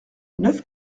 neuf